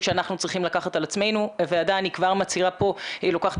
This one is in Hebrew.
שאנחנו צריכים לקחת על עצמנו ואני כבר מצהירה פה שהוועדה לוקחת